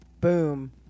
Boom